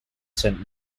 sent